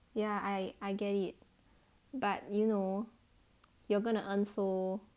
ya I I get it but you know you're gonna earn so